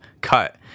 cut